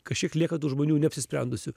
kažkiek lieka tų žmonių neapsisprendusių